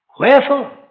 Wherefore